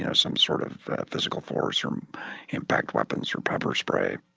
you know some sort of physical force or impact weapons or pepper spray.